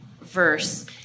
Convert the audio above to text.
verse